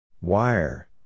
Wire